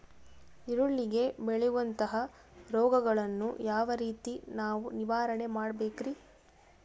ಈರುಳ್ಳಿಗೆ ಬೇಳುವಂತಹ ರೋಗಗಳನ್ನು ಯಾವ ರೇತಿ ನಾವು ನಿವಾರಣೆ ಮಾಡಬೇಕ್ರಿ?